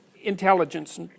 intelligence